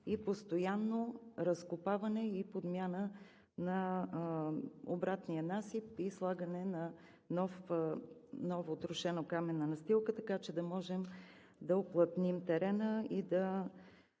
и постоянното разкопаване и подмяна на обратния насип, и слагане на нова трошено-каменна настилка, така че да можем да уплътним терена и да